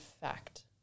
fact